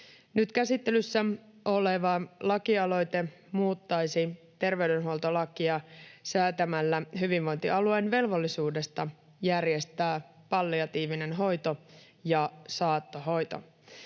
Nyt käsittelyssä oleva lakialoite muuttaisi terveydenhuoltolakia säätämällä hyvinvointialueen velvollisuudesta järjestää palliatiivinen hoito ja saattohoito.